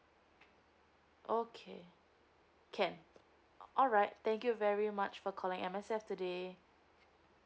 okay can alright thank you very much for calling M_S_F today